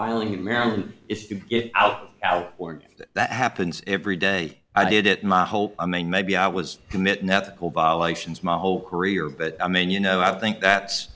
filing in maryland is to get out out or that happens every day i did it my hope i mean maybe i was committing that whole violations my whole career but i mean you know i think that's